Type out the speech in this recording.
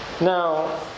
Now